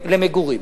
למגורים.